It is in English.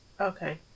Okay